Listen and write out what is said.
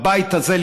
בבית הזה,